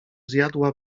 zjadła